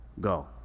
go